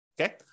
okay